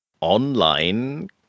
online